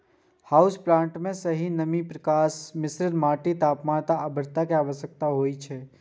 house plant कें सही नमी, प्रकाश, मिश्रित माटि, तापमान आ आद्रता के आवश्यकता होइ छै